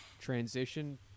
transition